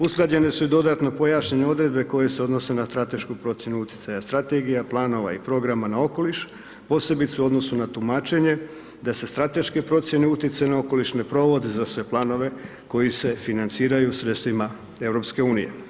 Usklađene su i dodatno pojašnjene odredbe koje se odnose na stratešku procjenu utjecanja strategija, planova i programa na okoliš, posebice u odnosu na tumačenje da se strateške procjene utjecaj na okoliš, ne provode za sve planove koji se financiraju sredstvima EU.